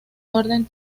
orden